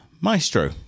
maestro